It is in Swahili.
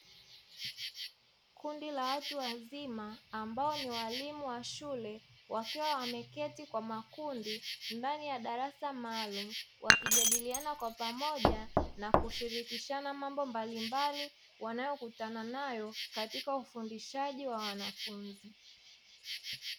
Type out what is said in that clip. Kundi la watu wazima ambao ni walimu wa shule, wakiwa wameketi kwa makundi ndani ya darasa maalumu wakijadiliana kwa pamoja na kushirikishana mambo mbalimbali wanayokutana nayo katika ufundishaji wa wanafunzi.